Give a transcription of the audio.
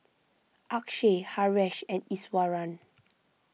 Akshay Haresh and Iswaran